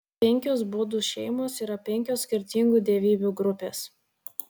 penkios budų šeimos yra penkios skirtingų dievybių grupės